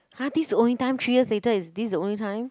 !huh! this the only time three years later is this the only time